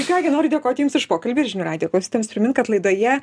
ką gi nori dėkoti jums už pokalbį ir žinių radijo klausytojams primint kad laidoje